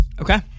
Okay